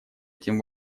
этим